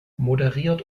moderiert